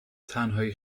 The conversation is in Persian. تنهایی